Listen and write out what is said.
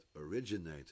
originated